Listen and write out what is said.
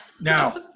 Now